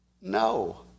No